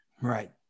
Right